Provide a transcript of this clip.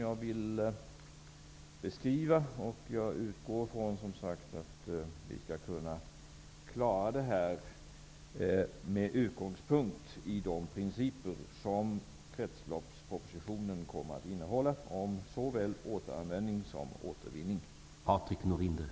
Jag utgår från att vi skall kunna klara det här med utgångspunkt i de principer som kretsloppspropositionen kommer att innehålla om såväl återanvändning som återvinning.